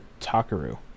takaru